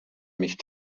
mich